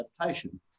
adaptation